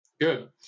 Good